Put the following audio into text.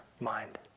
mind